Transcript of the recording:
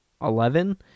eleven